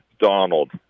Donald